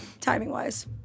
timing-wise